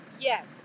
Yes